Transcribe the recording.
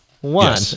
One